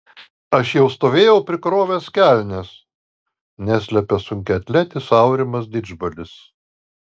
aš jau stovėjau prikrovęs kelnes neslepia sunkiaatletis aurimas didžbalis